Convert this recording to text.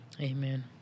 Amen